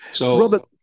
Robert